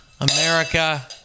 America